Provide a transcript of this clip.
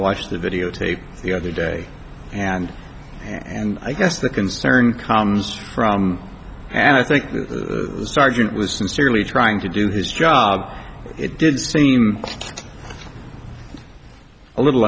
watched the videotape the other day and and i guess the concern comes from and i think the sergeant was sincerely trying to do his job it did seem a little